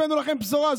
הבאנו לכם בשורה?